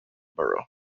borough